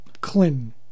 Clinton